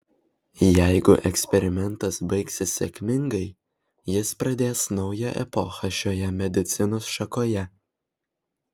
jeigu eksperimentas baigsis sėkmingai jis pradės naują epochą šioje medicinos šakoje